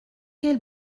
quel